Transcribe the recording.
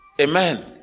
Amen